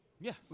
Yes